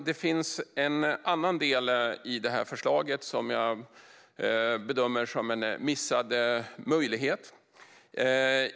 Det finns en annan del i förslaget som jag bedömer som en missad möjlighet.